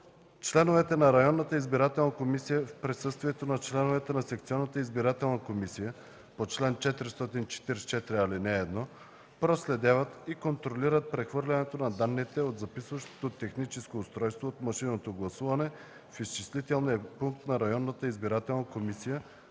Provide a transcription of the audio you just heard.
Членовете на районната избирателна комисия в присъствието на членовете на секционната избирателна комисия по чл. 444, ал. 1 проследяват и контролират прехвърлянето на данните от записващото техническо устройство от машинното гласуване в изчислителния пункт на районната избирателна комисия,